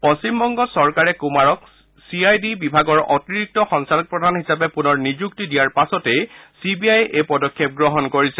পশ্চিমবংগ চৰকাৰে কুমাৰক C I D বিভাগৰ অতিৰিক্ত সঞ্চালক প্ৰধান হিচাপে পুনৰ নিযুক্তি দিয়াৰ পাছতেই চি বি আয়ে এই পদক্ষেপ গ্ৰহণ কৰিছে